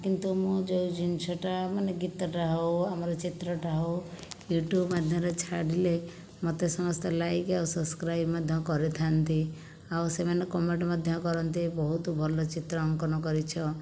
କିନ୍ତୁ ମୁଁ ଯେଉଁ ଜିନିଷଟା ମାନେ ଗୀତଟା ହେଉ ଆମର ଚିତ୍ରଟା ହେଉ ୟୁଟ୍ୟୁବ ମାଧ୍ୟମରେ ଛାଡ଼ିଲେ ମୋତେ ସମସ୍ତେ ଲାଇକ୍ ଆଉ ସବସ୍କ୍ରାଇବ୍ ମଧ୍ୟ କରିଥାନ୍ତି ଆଉ ସେମାନେ କମେଣ୍ଟ ମଧ୍ୟ କରନ୍ତି ବହୁତ ଭଲ ଚିତ୍ର ଅଙ୍କନ କରିଛ